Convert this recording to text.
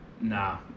nah